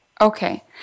Okay